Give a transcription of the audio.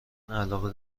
علاقه